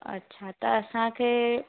अच्छा त असांखे